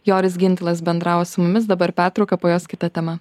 joris gintilas bendravo su mumis dabar pertrauka po jos kita tema